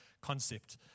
concept